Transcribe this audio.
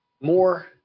more